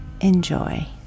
enjoy